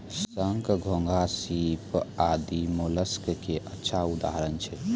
शंख, घोंघा, सीप आदि मोलस्क के अच्छा उदाहरण छै